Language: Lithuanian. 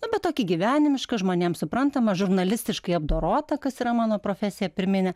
nu bet tokį gyvenimišką žmonėm suprantamą žurnalistiškai apdorotą kas yra mano profesija pirminė